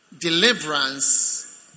deliverance